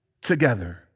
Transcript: together